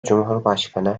cumhurbaşkanı